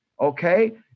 okay